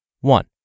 One